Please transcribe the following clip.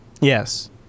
Yes